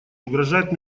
угрожает